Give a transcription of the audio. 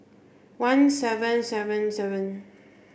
one seven seven seven